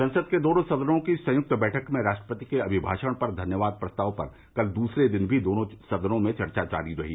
संसद के दोनों सदनों की संयुक्त बैठक में राष्ट्रपति के अभिभाषण पर धन्यवाद प्रस्ताव पर कल दूसरे दिन भी दोनों सदनों में चर्चा जारी रही